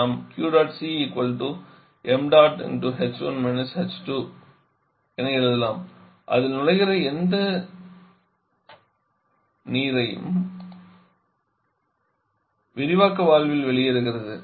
நாம் என எழுதலாம் அதில் நுழைகிற எந்த நிறையும் விரிவாக்க வால்வில் வெளியேறுகிறது